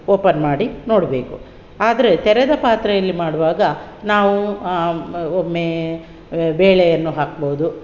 open ಮಾಡಿ ನೋಡಬೇಕು ಆದರೆ ತೆರೆದ ಪಾತ್ರೆಯಲ್ಲಿ ಮಾಡುವಾಗ ನಾವು ಒಮ್ಮೆ ಬೇಳೆಯನ್ನು ಹಾಕ್ಬೋದು